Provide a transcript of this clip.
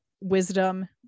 wisdom